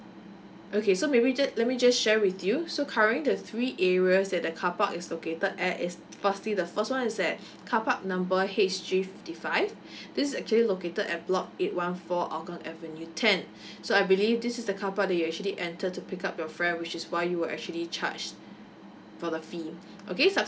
okay so maybe just let me just share with you so currently the three areas that the carpark is located at is firstly the first one is that carpark number H G fifty five this actually located at block eight one four hougang avenue ten so I believe this is the carpark that youy enter to pick up your friend which is why you were actually charged for the fee okay